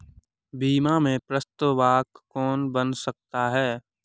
बीमा में प्रस्तावक कौन बन सकता है?